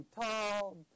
tall